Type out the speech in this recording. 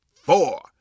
four